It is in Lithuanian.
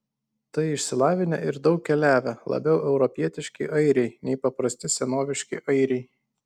tai išsilavinę ir daug keliavę labiau europietiški airiai nei paprasti senoviški airiai